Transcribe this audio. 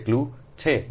2 metre L છે